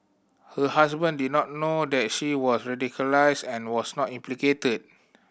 her husband did not know that she was radicalised and was not implicated